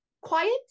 quiet